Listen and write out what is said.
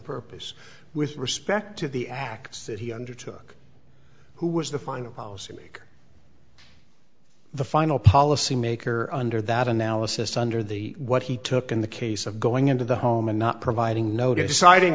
purpose with respect to the acts that he undertook who was the final policy maker the final policy maker under that analysis under the what he took in the case of going into the home and not providing no deciding